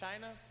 China